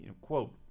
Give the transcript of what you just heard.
quote